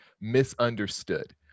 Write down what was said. misunderstood